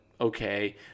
okay